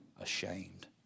ashamed